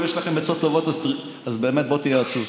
אם יש לכם עצות טובות אז באמת בואו תייעצו.